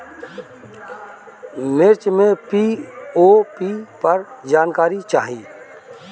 मिर्च मे पी.ओ.पी पर जानकारी चाही?